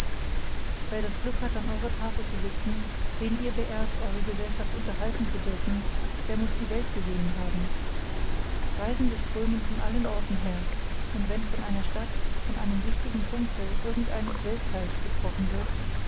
wer das glück hat an eurer tafel zu sitzen wen ihr beehrt eure gesellschaft unterhalten zu dürfen der muß die welt gesehen haben reisende strömen von allen orten her und wenn von einer stadt von einem wichtigen punkte irgendeines weltteils gesprochen wird